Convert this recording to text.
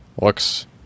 Looks